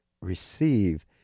receive